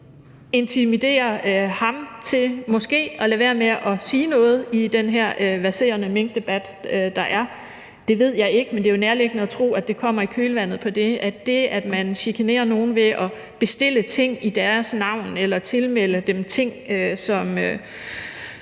intimidere ham, så han måske ville lade være med at sige noget i den her verserende minkdebat, synes jeg også – jeg ved det ikke, men det er jo nærliggende at tro, at det kommer i kølvandet på den – at det, at man chikanerer nogen ved at bestille ting i deres navn eller tilmelde dem ting, som